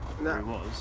No